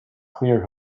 clear